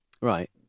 Right